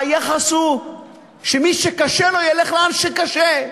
והיחס הוא שמי שקשה לו, ילך לאן שקשה.